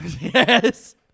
Yes